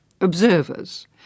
observers